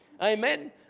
Amen